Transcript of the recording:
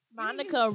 Monica